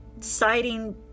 citing